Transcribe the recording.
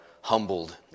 humbled